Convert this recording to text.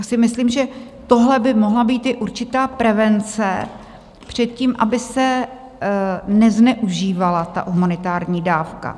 Já si myslím, že tohle by mohla být i určitá prevence před tím, aby se nezneužívala ta humanitární dávka.